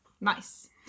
Nice